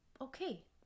okay